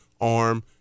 arm